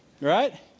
right